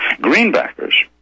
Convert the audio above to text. Greenbackers